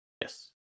Yes